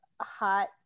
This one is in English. hot